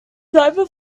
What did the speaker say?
diver